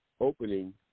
opening